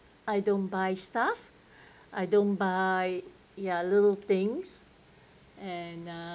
I don't buy stuff I don't buy ya little things and uh